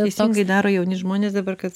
tiesingai daro jauni žmonės dabar kad